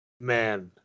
Man